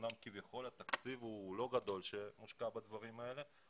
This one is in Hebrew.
אמנם כביכול התקציב שמושקע בדברים האלה הוא לא גדול,